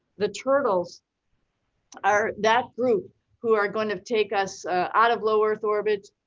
the turtles are that group who are gonna take us out of low earth orbit